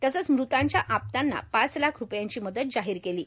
तसंच मृतांच्या आप्तांना पाच लाख रूपयांची मदत जाहीर केली आहे